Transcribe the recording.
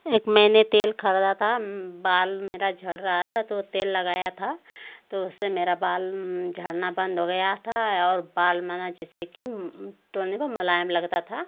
एक मैंने तेल ख़रीदा था बाल मेरे झड़ रहे थे तो वह तेल लगाया था तो उससे मेरे बाल झड़ना बंद हो गए थे और बाल माने जैसे कि टोने पर मुलायम लगते थे